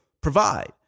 provide